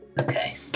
Okay